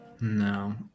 No